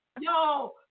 Yo